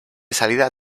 salida